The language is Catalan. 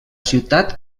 ciutat